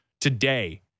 today